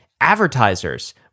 advertisers